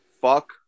Fuck